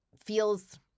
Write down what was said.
feels